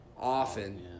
often